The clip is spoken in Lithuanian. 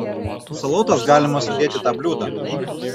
salotas galima sudėt į tą bliūdą